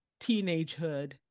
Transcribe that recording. teenagehood